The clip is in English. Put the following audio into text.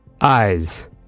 eyes